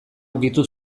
ukitu